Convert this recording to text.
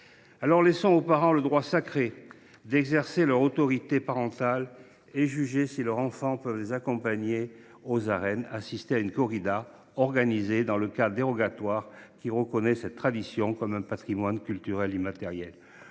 Laissons donc aux parents le droit sacré d’exercer leur autorité parentale et de juger si leurs enfants peuvent les accompagner aux arènes pour assister à une corrida, organisée dans le cadre juridique dérogatoire qui reconnaît cette tradition comme un patrimoine culturel immatériel.